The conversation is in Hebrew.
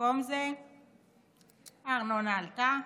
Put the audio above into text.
במקום זה הארנונה עלתה,